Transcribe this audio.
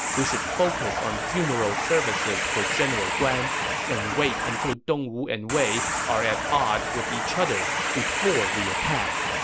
we should focus on funeral services for general guan and wait until dongwu and wei are at odds with each other before we attack.